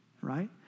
right